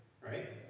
right